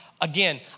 again